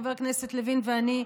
חבר הכנסת לוין ואני,